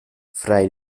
fray